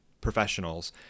professionals